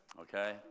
Okay